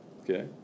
Okay